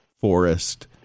forest